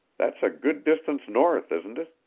that's a good distance north, isn't it?